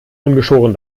ungeschoren